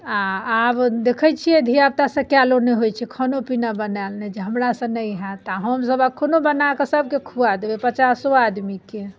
आ आब देखैत छियै धियपुतासँ कयलो नहि होइ छै खानो पीना बनायल नहि होइत छै जे हमरासँ नहि होयत आ हमसभ एखनहु बना कऽ सभकेँ खुआ देबै पचासो आदमीकेँ